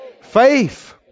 Faith